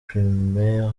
primaire